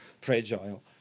fragile